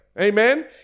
Amen